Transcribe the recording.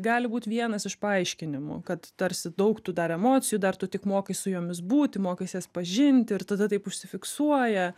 gali būt vienas iš paaiškinimų kad tarsi daug tų dar emocijų dar tu tik mokais su jomis būti mokais jas pažinti ir tada taip užsifiksuoja